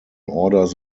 orders